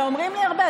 ואומרים לי הרבה,